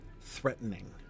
threatening